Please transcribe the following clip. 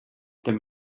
them